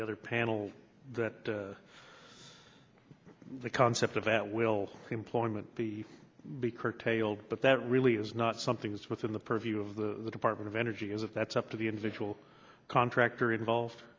the other panel that the concept of at will employment be be curtailed but that really is not something that's within the purview of the department of energy is if that's up to the individual contractor involved